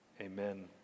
Amen